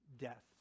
death